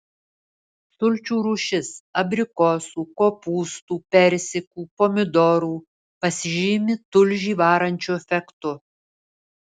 sulčių rūšis abrikosų kopūstų persikų pomidorų pasižymi tulžį varančiu efektu